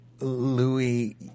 Louis